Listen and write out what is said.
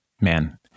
man